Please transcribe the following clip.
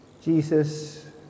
Jesus